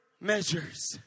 measures